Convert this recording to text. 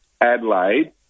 Adelaide